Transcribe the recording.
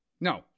no